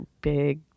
big